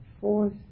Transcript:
fourth